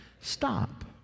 stop